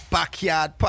Backyard